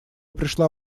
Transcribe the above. пришла